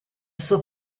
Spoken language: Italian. sua